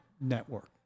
network